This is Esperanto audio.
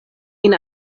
vin